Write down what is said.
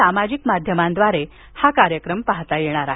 सामाजिक माध्यमाद्वारे हा कार्यक्रम पाहता येईल